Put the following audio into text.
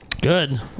Good